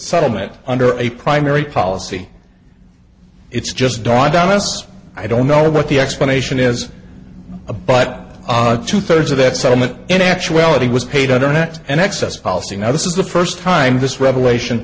settlement under a primary policy it's just dawned on us i don't know what the explanation is a but two thirds of that settlement in actuality was paid under net and access policy now this is the first time this revelation